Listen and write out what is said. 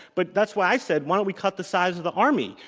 but that's why i said, why don't we cut the size of the army?